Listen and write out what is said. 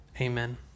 amen